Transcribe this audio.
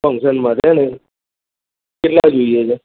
function માટે ને કેટલા જોઈએ છે